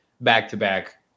back-to-back